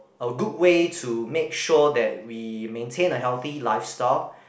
a good way to make sure that we maintain a healthy lifestyle